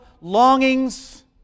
longings